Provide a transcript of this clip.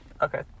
Okay